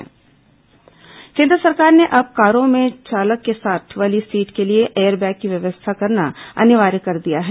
car चालक airbag केन्द्र सरकार ने अब कारों में चालक के साथ वाली सीट के लिए एयरबैग की व्यवस्था करना अनिवार्य कर दिया है